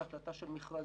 זו החלטה של מכרזים.